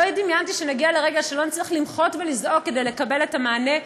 לא דמיינתי שנגיע לרגע שלא נצטרך למחות ולזעוק כדי לקבל מענה.